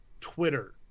Twitter